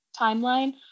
timeline